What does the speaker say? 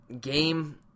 game